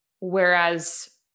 whereas